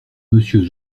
monsieur